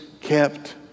kept